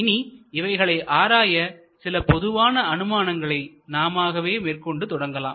இனி இவைகளை ஆராய சில பொதுவான அனுமானங்களை நாமாகவே மேற்கொண்டு தொடங்கலாம்